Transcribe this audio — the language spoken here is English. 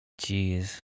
Jeez